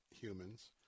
humans